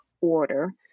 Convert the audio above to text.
order